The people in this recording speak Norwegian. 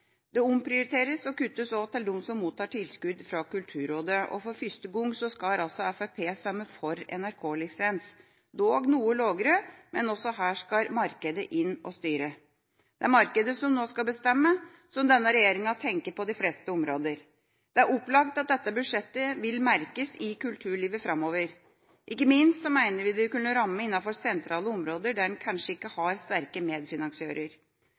Det omprioriteres og kuttes også når det gjelder de som mottar tilskudd fra Kulturrådet. For første gang skal Fremskrittspartiet stemme for NRK-lisens, dog en noe lavere, men også her skal markedet inn og styre. Det er markedet som nå skal bestemme – slik tenker denne regjeringa på de fleste områder. Det er opplagt at dette budsjettet vil merkes i kulturlivet framover. Ikke minst mener vi det vil kunne ramme sentrale områder der en kanskje ikke har sterke medfinansiører.